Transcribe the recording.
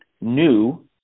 new